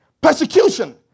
persecution